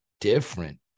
different